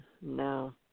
no